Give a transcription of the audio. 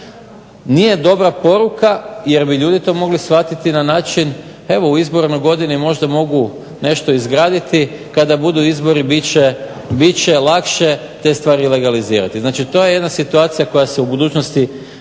Nije dobra poruka jer bi ljudi to mogli shvatiti na način evo u izbornoj godini možda mogu nešto izgraditi. Kada budu izbori bit će lakše te stvari legalizirati. Znači, to je jedna situacija koja se u budućnosti više